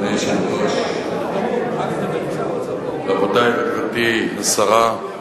אדוני היושב-ראש, רבותי, גברתי השרה,